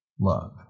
love